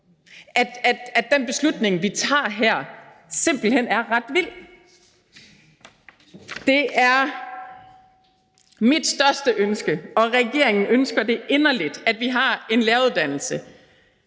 at den beslutning, vi tager her, simpelt hen er ret vild. Det er mit største ønske, og regeringen ønsker det inderligt, at vi har en læreruddannelse,